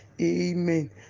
Amen